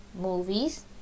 movies